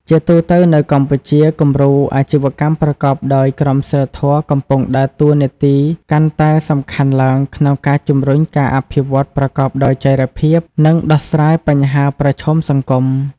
ជាទូទៅនៅកម្ពុជា គំរូអាជីវកម្មប្រកបដោយក្រមសីលធម៌កំពុងដើរតួនាទីកាន់តែសំខាន់ឡើងក្នុងការជំរុញការអភិវឌ្ឍប្រកបដោយចីរភាព និងដោះស្រាយបញ្ហាប្រឈមសង្គម ។